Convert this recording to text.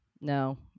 No